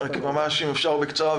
אם אפשר ממש בקצרה.